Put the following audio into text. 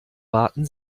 warten